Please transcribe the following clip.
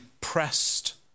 pressed